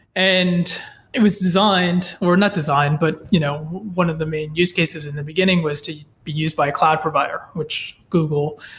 and it was designed, or not designed, but you know one of the main use cases in the beginning was to be used by a cloud provider, which google,